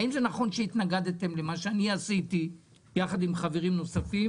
האם זה נכון שהתנגדתם למה שאני עשיתי יחד עם חברים נוספים,